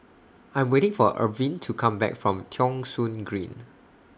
I Am waiting For Irvine to Come Back from Thong Soon Green